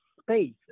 space